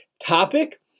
Topic